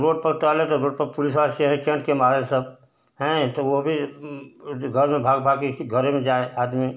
road पर टहलें तो रोड पर पुलिसवाला चहेट चहेट कर मारे सब हैं तो वो भी घर में भाग भाग कर कि घरे में जाए आदमी